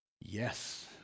Yes